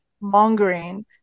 mongering